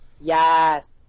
Yes